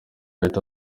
leta